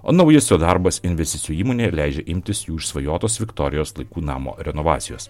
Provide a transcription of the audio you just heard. o naujas jo darbas investicijų įmonėje leidžia imtis jų išsvajotos viktorijos laikų namo renovacijos